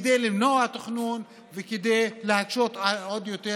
כדי למנוע תכנון וכדי להקשות עוד יותר